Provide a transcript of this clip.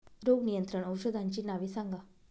रोग नियंत्रण औषधांची नावे सांगा?